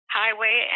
highway